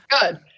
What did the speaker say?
Good